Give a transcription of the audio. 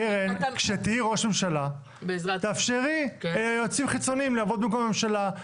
כשתהיי ראש ממשלה תאפשרי ליועצים חיצוניים לעבוד במקום הממשלה.